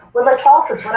with electrolysis